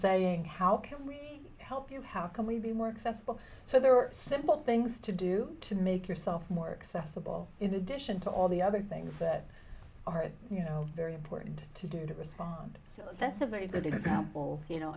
saying how can we help you how can we be more accessible so there are simple things to do to make yourself more accessible in addition to all the other things that are you know very important to do to respond so that's a very good example you know